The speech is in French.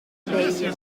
abeille